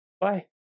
Bye